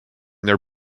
their